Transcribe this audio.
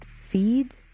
feed